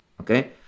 okay